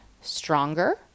stronger